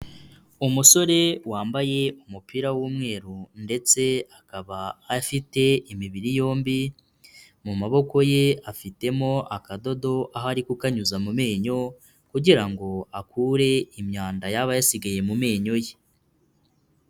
Umusore wambaye umupira w'umweru ndetse akaba afite imibiri yombi, mu maboko ye afitemo akadodo aho ari kukanyuza mu menyo kugira ngo akure imyanda yaba yasigaye mu menyo ye.